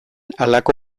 halako